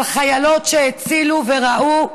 על חיילות שהצילו וראו?